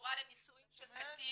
תורה לנישואין של קטין,